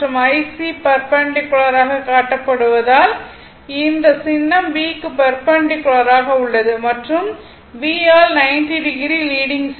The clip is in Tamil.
மற்றும் IC பெர்பெண்டிக்குளர் ஆக காட்டப்படுவதால் இந்த சின்னம் V க்கு பெர்பெண்டிக்குளர் ஆக உள்ளது மற்றும் r V ஆல் 90o ஆல் லீடிங் செய்கிறது